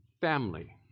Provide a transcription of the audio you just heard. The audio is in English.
family